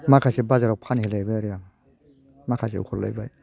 माखासे बाजाराव फानहैलायबाय आरो आं माखासे हरलायबाय